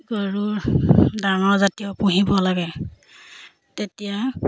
গৰুৰৰ ডাঙৰ জাতীয় পুহিব লাগে তেতিয়া